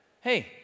Hey